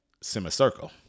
semicircle